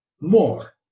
more